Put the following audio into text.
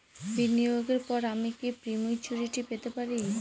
বিনিয়োগের পর আমি কি প্রিম্যচুরিটি পেতে পারি?